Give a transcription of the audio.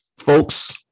Folks